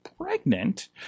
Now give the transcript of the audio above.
pregnant